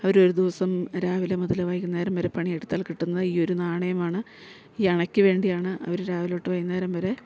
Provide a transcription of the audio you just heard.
അവരൊരു ദിവസം രാവിലെ മുതൽ വൈകുന്നേരം വരെ പണിയെടുത്താൽ കിട്ടുന്ന ഈ ഒരു നാണയമാണ് ഈ അണയ്ക്കു വേണ്ടിയാണ് അവർ രാവിലെ തൊട്ട് വൈകുന്നേരം വരെ